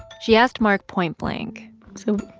she asked mark point-blank so